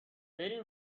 برین